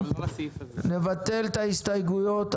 נבטל את ההסתייגויות,